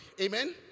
Amen